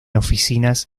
oficinas